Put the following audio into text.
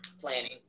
Planning